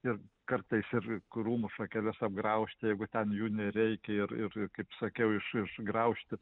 ir kartais ir ir krūmų šakeles apgraužti jeigu ten jų nereikia ir ir kaip sakiau iš išgraužti